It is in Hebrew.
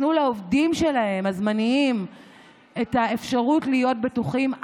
תנו לעובדים הזמניים שלהם את האפשרות להיות בטוחים.